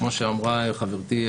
כמו שאמרה חברתי,